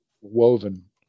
woven